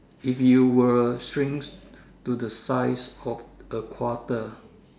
if you were shrink to the size of a quarter